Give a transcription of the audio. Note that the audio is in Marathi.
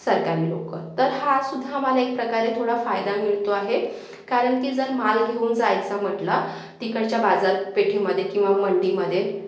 सरकारी लोक तर हा सुद्धा आम्हाला एक प्रकारे थोडा फायदा मिळतो आहे कारण की जर माल घेऊन जायचा म्हटला तिकडच्या बाजारपेठेमध्ये किंवा मंडीमध्ये